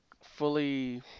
fully